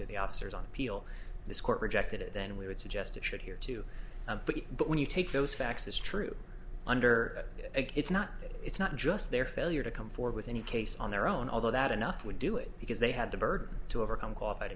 d the officers on the peel this court rejected it then we would suggest it should here too of but but when you take those facts as true under it it's not it's not just their failure to come forward with any case on their own although that enough would do it because they had the burden to overcome qualified